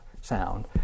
sound